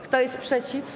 Kto jest przeciw?